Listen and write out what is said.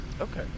okay